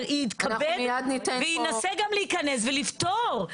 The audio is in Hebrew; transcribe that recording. שיתכבד וינסה גם להיכנס ולפתור.